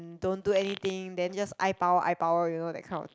don't do anything then just eye power eye power you know that kind of